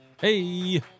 Hey